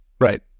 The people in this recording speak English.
Right